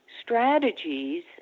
strategies